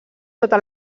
sota